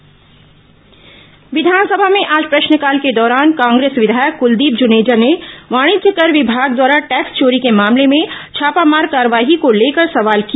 विस टैक्स चोरीशराब मामला विधानसभा में आज प्रश्नकाल के दौरान कांग्रेस विधायक कुलदीप जुनेजा ने वाणिज्य कर विभाग द्वारा टैक्स चोरी के मामले में छापामार कार्रवाई को लेकर सवाल किया